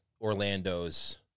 Orlando's